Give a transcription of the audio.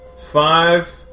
Five